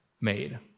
made